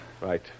Right